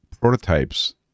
prototypes